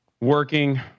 working